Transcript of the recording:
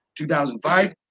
2005